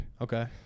Okay